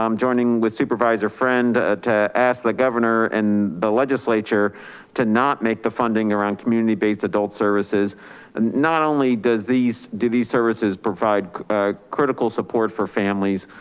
um joining with supervisor friend ah to ask the governor and the legislature to not make the funding around community based adult services. and not only does these, do these services provide critical support for families,